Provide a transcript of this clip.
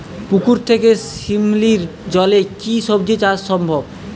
পুকুর থেকে শিমলির জলে কি সবজি চাষ সম্ভব?